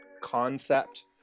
concept